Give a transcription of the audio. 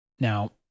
Now